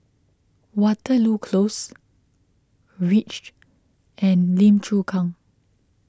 Waterloo Close Reach and Lim Chu Kang